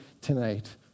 tonight